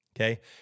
Okay